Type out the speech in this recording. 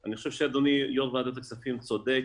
אני חושב שאדוני, יושב ראש ועדת הכספים, צודק,